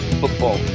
football